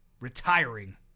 retiring